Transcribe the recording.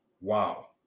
Wow